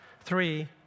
Three